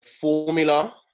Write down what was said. formula